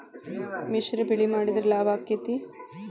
ಮಿಶ್ರ ಬೆಳಿ ಮಾಡಿದ್ರ ಲಾಭ ಆಕ್ಕೆತಿ?